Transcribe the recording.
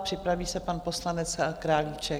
Připraví se pan poslanec Králíček.